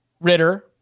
Ritter